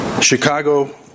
Chicago